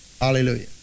Hallelujah